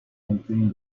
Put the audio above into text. entering